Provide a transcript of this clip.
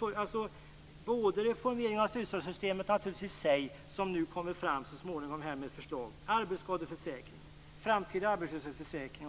Det handlar om reformering av studiestödsystemet, där man nu så småningom kommer med förslag, arbetsskadeförsäkring, framtida arbetslöshetsförsäkring